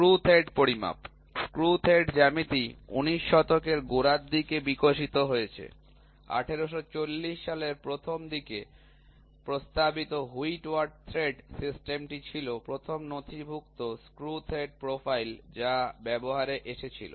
screw thread পরিমাপ screw thread জ্যামিতি ১৯ শতকের গোড়ার দিকে বিকশিত হয়েছে ১৮৪০ সালের প্রথম দিকে প্রস্তাবিত হুইটওয়ার্থ থ্রেড সিস্টেমটি ছিল প্রথম নথিভুক্ত স্ক্রু থ্রেড প্রোফাইল যা ব্যবহারে এসেছিল